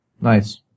Nice